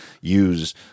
use